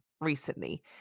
recently